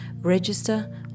register